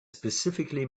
specifically